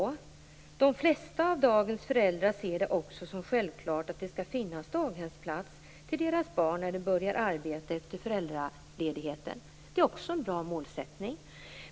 Vidare: "De flesta av dagens föräldrar ser det också som självklart att det skall finnas daghemsplats till deras barn när de skall börja arbeta efter föräldraledigheten." Det är också en bra målsättning.